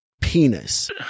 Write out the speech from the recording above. penis